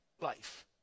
life